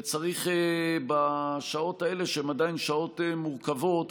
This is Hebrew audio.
וצריך בשעות האלה, שהן עדיין שעות מורכבות,